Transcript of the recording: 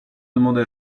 demanda